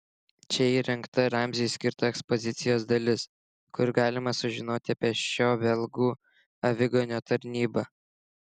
čia įrengta ramziui skirta ekspozicijos dalis kur galima sužinoti apie šio belgų aviganio tarnybą